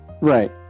Right